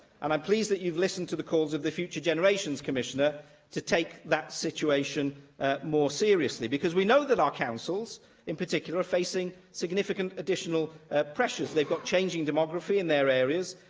and i'm pleased that you've listened to the calls of the future generations commissioner to take that situation more seriously, because we know that our councils in particular are facing significant additional pressures. they've got changing demography in their areas,